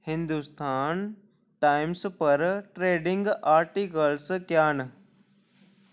Hindustan Times पर trending articles क्या न